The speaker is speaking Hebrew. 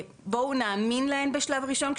בואו נאמין להן בשלב הראשון.